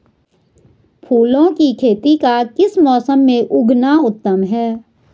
फूलों की खेती का किस मौसम में उगना उत्तम है?